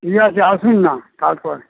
ঠিক আছে আসুন না তারপরে